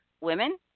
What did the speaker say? women